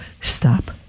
stop